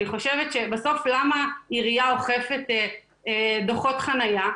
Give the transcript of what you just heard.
למה עירייה אוכפת דו"חות חניה?